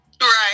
Right